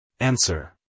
Answer